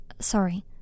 Sorry